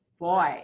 boy